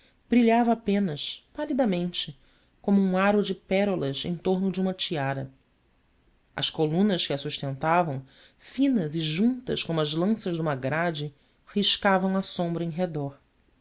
brilhava apenas palidamente como um aro de pérolas em torno de uma tiara as colunas que a sustentavam finas e juntas como as lanças de uma grade riscavam a sombra em redor